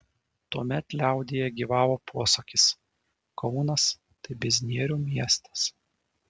tuomet liaudyje gyvavo posakis kaunas tai biznierių miestas